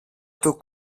του